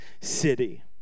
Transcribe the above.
city